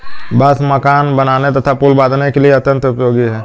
बांस मकान बनाने तथा पुल बाँधने के लिए यह अत्यंत उपयोगी है